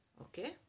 Okay